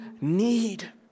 need